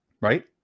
Right